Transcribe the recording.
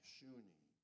Shuni